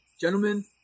Gentlemen